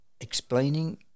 explaining